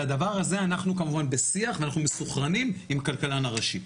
על הדבר הזה אנחנו כמובן בשיח ואנחנו מסונכרנים עם הכלכלן הראשי.